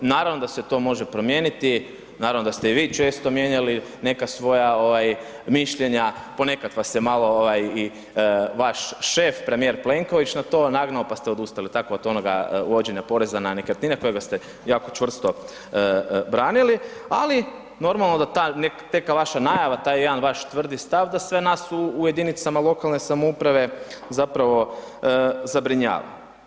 Naravno da se to može promijeniti, naravno da ste i vi često mijenjali neka svoja mišljenja, ponekad vas se malo i vaš šef premijer Plenković na to nagnao pa ste odustali tako od onoga vođenja poreza na nekretnine kojega ste jako čvrsto branili ali normalno da ta neka vaša najava, taj jedan vaš tvrdi stav da sve nas u jedinicama lokalne samouprave zapravo zabrinjava.